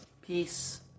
Peace